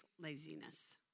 laziness